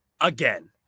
again